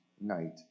night